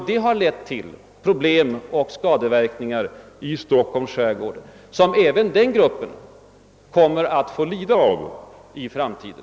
Det har lett till problem och skadeverkningar i Stockholms skärgård som även den prioriterade gruppen får lida av i framtiden.